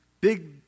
big